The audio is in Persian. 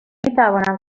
توانم